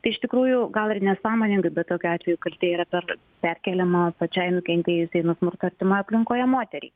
tai iš tikrųjų gal ir nesąmoningai bet tokiu atveju kaltė yra per perkeliama pačiai nukentėjusiai nuo smurto artimoj aplinkoje moteriai